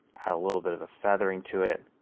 add a little bit of feathering to it,